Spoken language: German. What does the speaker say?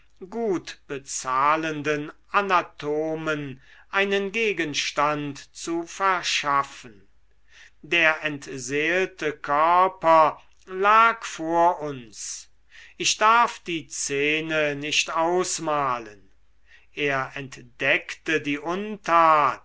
gut bezahlenden anatomen einen gegenstand zu verschaffen der entseelte körper lag vor uns ich darf die szene nicht ausmalen er entdeckte die untat